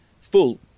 full